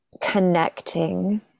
connecting